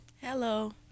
Hello